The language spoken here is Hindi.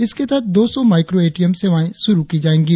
इसके तहत दो सौ माइक्रो एटीएम सेवाएं शुरु की जाएंगी